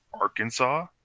Arkansas